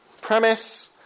premise